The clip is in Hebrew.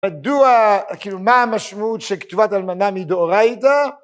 מדוע, כאילו מה המשמעות שכתובת אלמנה מדאורייתא?